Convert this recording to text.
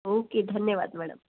okay धन्यवाद madam